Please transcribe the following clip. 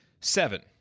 Seven